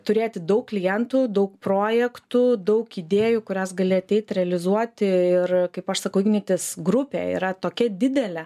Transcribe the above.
turėti daug klientų daug projektų daug idėjų kurias gali ateit realizuoti ir kaip aš sakau ignitis grupė yra tokia didelė